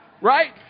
Right